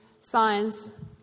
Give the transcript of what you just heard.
science